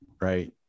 right